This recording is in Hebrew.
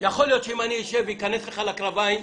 יכול להיות שאם אני אשב ואכנס לך לקרביים,